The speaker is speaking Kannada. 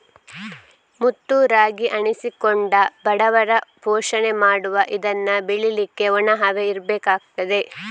ಮುತ್ತು ರಾಗಿ ಅನ್ನಿಸಿಕೊಂಡ ಬಡವರ ಪೋಷಣೆ ಮಾಡುವ ಇದನ್ನ ಬೆಳೀಲಿಕ್ಕೆ ಒಣ ಹವೆ ಇರ್ಬೇಕಾಗ್ತದೆ